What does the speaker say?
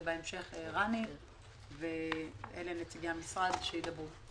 ובהמשך רני ונציגי המשרד האחרים ידברו.